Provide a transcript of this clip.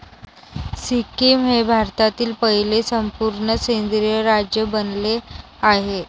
सिक्कीम हे भारतातील पहिले संपूर्ण सेंद्रिय राज्य बनले आहे